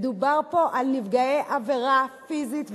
מדובר פה על נפגעי עבירה פיזית ומינית,